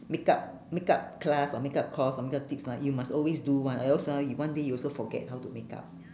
makeup makeup class or makeup course or makeup tips ah you must always do [one] or else ah you one day you also forget how to makeup